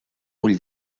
ull